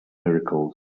miracles